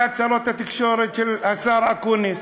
ההצהרות בתקשורת של השר אקוניס.